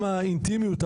גם האינטימיות,